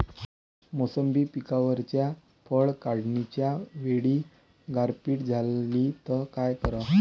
मोसंबी पिकावरच्या फळं काढनीच्या वेळी गारपीट झाली त काय कराव?